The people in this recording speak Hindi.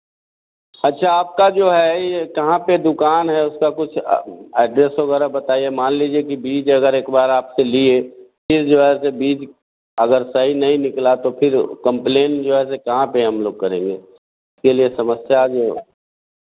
अच्छा आपका जो है यह कहाँ पर दुकान है उसका कुछ एड्रैस वगैरह बताईए मान लीजिए की बीज अगर एक बार आपके आपसे लिए फिर जो है कि बीच अगर सही नहीं निकला तो फिर कम्प्लेन जो है ऐसे कहाँ पर हम लोग करेंगे इसके लिए समस्या जो